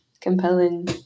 compelling